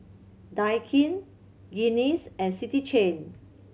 Daikin Guinness and City Chain